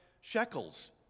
shekels